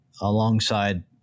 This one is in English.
alongside